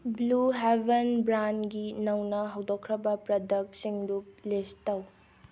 blue Heaven ꯕ꯭ꯔꯥꯟꯒꯤ ꯅꯧꯅ ꯍꯧꯗꯣꯛꯈ꯭ꯔꯕ ꯄ꯭ꯔꯗꯛꯁꯤꯡꯗꯨ ꯂꯤꯁ ꯇꯧ